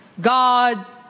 God